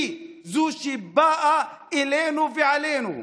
היא זו שבאה אלינו ועלינו.